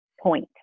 point